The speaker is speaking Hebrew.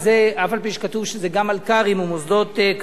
אף-על-פי שכתוב שזה גם מלכ"רים ומוסדות כספיים,